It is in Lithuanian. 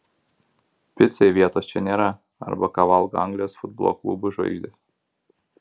picai vietos čia nėra arba ką valgo anglijos futbolo klubų žvaigždės